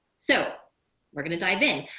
so we're going to dive in.